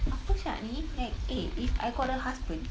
apa sia ni like eh if I got a husband